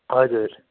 हजुर